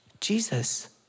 Jesus